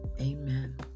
Amen